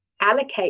allocate